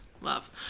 love